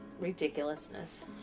Ridiculousness